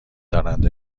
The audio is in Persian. دارند